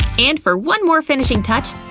and for one more finishing touch,